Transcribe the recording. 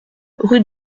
rue